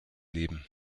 leben